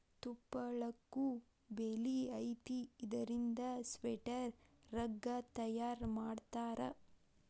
ತುಪ್ಪಳಕ್ಕು ಬೆಲಿ ಐತಿ ಇದರಿಂದ ಸ್ವೆಟರ್, ರಗ್ಗ ತಯಾರ ಮಾಡತಾರ